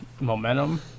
momentum